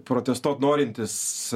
protestuot norintys